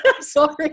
Sorry